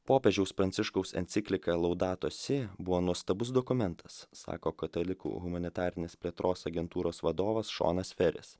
popiežiaus pranciškaus enciklika laudato si buvo nuostabus dokumentas sako katalikų humanitarinės plėtros agentūros vadovas šonas feris